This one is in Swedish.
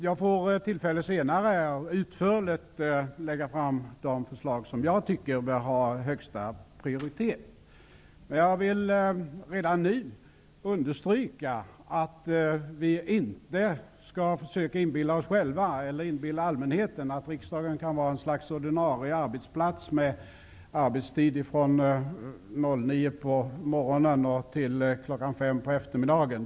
Jag får senare tillfälle att utförligt lägga fram de förslag som jag anser bör ha högsta prioritet. Men jag vill redan nu understryka att vi inte skall försöka inbilla oss själva eller inbilla allmänheten att riksdagen kan vara ett slags ordinarie arbetsplats med arbetstid från kl. 9 på morgonen till kl. 17 på eftermiddagen.